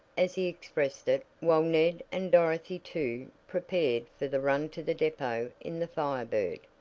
as he expressed it, while ned, and dorothy, too, prepared for the run to the depot in the fire bird,